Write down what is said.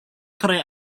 tre